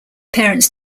parents